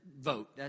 vote